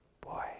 Boy